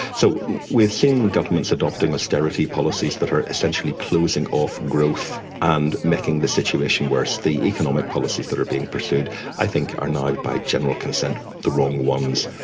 so we've seen governments adopting austerity policies that are essentially closing off growth and making the situation worse. the economic policies that are being pursued i think are now, by general consent, the wrong ones.